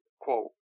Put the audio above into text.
quote